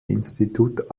institut